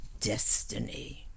Destiny